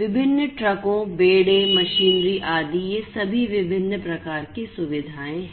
विभिन्न ट्रकों बेड़े मशीनरी आदि ये सभी विभिन्न प्रकार की सुविधाएं हैं